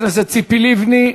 חברת הכנסת ציפי לבני,